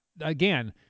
again